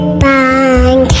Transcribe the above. bang